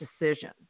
decision